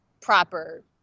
proper